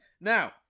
Now